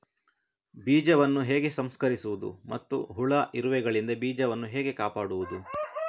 ಬೀಜವನ್ನು ಹೇಗೆ ಸಂಸ್ಕರಿಸುವುದು ಮತ್ತು ಹುಳ, ಇರುವೆಗಳಿಂದ ಬೀಜವನ್ನು ಹೇಗೆ ಕಾಪಾಡುವುದು?